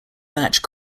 batch